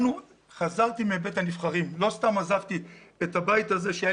לא סתם עזבתי את הבית הזה בו הובטח לי